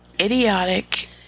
idiotic